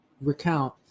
recount